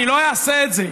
אני לא אעשה את זה,